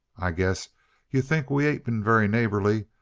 i guess yuh think we ain't been very neighborly,